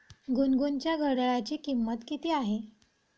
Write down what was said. गुनगुनच्या घड्याळाची किंमत किती आहे?